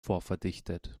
vorverdichtet